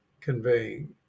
conveying